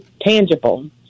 tangible